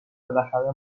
بالاخره